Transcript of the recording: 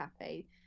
happy